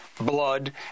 blood